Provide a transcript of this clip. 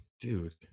Dude